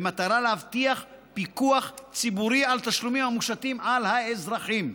במטרה להבטיח פיקוח ציבורי על תשלומים המושתים על האזרחים.